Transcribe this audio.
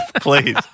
please